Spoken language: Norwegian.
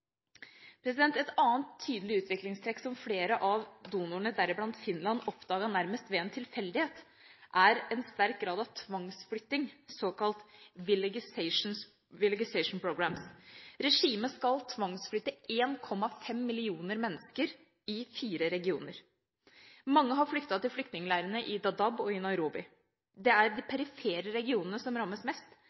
Et annet tydelig utviklingstrekk som flere av donorene, deriblant Finland, oppdaget nærmest ved en tilfeldighet, er en sterk grad av tvangsflytting, såkalt «villagization-programs». Regimet skal tvangsflytte 1,5 millioner mennesker i fire regioner. Mange har flyktet til flyktningleirene i Dadaab og Nairobi. Det er de perifere regionene som rammes mest,